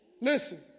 Listen